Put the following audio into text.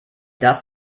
das